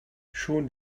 schon